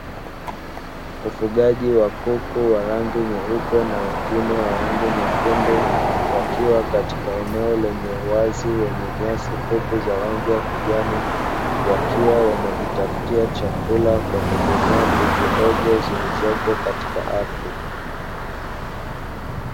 Ufugaji wa kuku wa rangi nyeupe na wengine wa rangi nyekundu wakiwa katika eneo lenye uwazi na nyasi fupi za rangi ya kijani, wakiwa wanajitafutia chakula kwa kudonoa punje ndogo zilizopo katika ardhi.